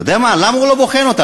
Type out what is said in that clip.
אתה יודע מה, למה הוא לא בוחן אותה?